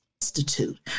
institute